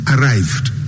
arrived